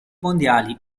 mondiali